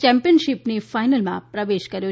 ચમ્પિયનશીપની ફાઈનલમાં પ્રવેશ કર્યો